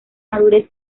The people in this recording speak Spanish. madurez